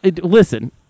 Listen